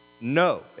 No